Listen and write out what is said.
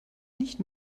nicht